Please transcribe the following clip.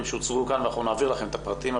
שהוצגו כאן ואנחנו נעביר לכם את הפרטים.